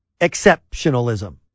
exceptionalism